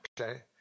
okay